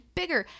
bigger